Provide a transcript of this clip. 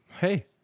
hey